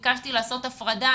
ביקשתי לעשות הפרדה.